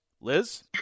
Liz